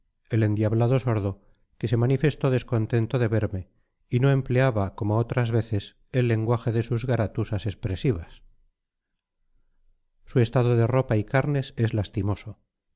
el endiablado sordo que se manifestó descontento de verme y no empleaba como otras veces el lenguaje de sus garatusas expresivas su estado de ropa y carnes es lastimoso